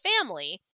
family